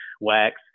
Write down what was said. wax